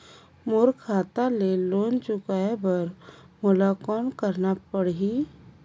मोर खाता ले लोन चुकाय बर मोला कौन करना पड़ही?